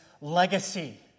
legacy